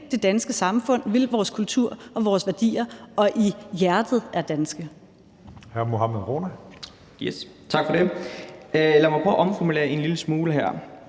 det danske samfund, vil vores kultur og vores værdier og i hjertet er danske.